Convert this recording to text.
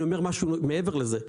אני אומר משהו מעבר לזה,